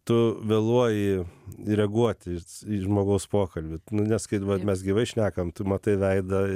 tu vėluoji reaguoti į žmogaus pokalbį nes kai dabar mes gyvai šnekam tu matai veidą